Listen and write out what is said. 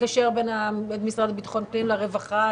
לקשר בין משרד לביטחון פנים לרווחה,